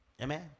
Amen